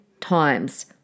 times